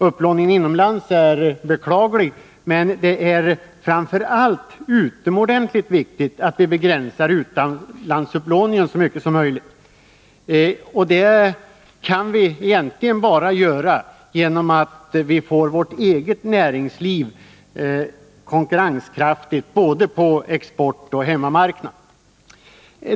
Upplåningen inomlands är beklaglig, men det är framför allt utomordentligt viktigt att vi så mycket som möjligt begränsar utlandsupplåningen. Det kan vi egentligen bara göra genom att se till att vårt eget näringsliv blir konkurrenskraftigt, både på export och på hemmamarknad.